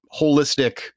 holistic